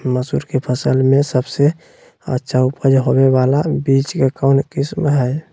मसूर के फसल में सबसे अच्छा उपज होबे बाला बीज के कौन किस्म हय?